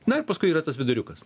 na ir paskui yra tas viduriukas